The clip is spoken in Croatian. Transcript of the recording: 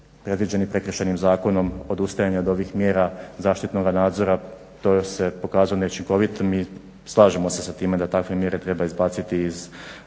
predviđenih Prekršajnim zakonom, odustajanje od ovih mjera zaštitnoga nadzora to se pokazalo neučinkovitim i slažemo se sa time da takve mjere treba izbaciti iz